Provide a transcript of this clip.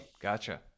Gotcha